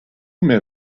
men